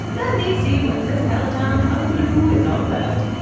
let me see what this peladon hullabaloo is all about.